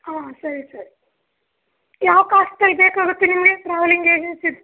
ಆಂ ಸರಿ ಸರ್ ಯಾವ ಕಾಸ್ಟಲ್ಲಿ ಬೇಕಾಗುತ್ತೆ ನಿಮಗೆ ಟ್ರಾವೆಲಿಂಗ್ ಏಜೆನ್ಸೀದು